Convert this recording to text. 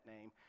name